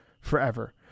forever